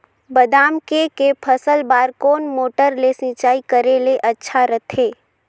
बादाम के के फसल बार कोन मोटर ले सिंचाई करे ले अच्छा रथे?